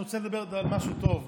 אני רוצה לדבר על משהו טוב.